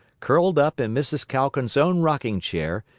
curled up in mrs. calkins's own rocking-chair,